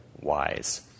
wise